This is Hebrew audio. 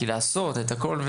כי לעשות את הכל,